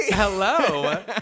Hello